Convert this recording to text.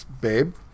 Babe